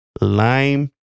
lime